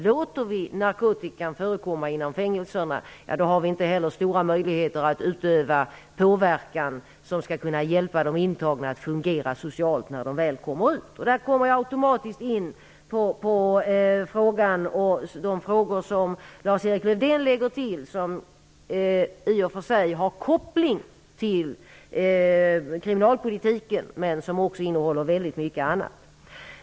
Låter vi narkotikan förekomma inom fängelserna har vi inte heller stora möjligheter att utöva en påverkan som skall kunna hjälpa de intagna att fungera socialt när de väl kommer ut. Jag kommer då automatiskt in på de frågor som Lars-Erik Lövdén tog upp, som i och för sig har koppling till kriminalpolitiken men som också innehåller väldigt mycket annat.